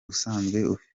usanzwe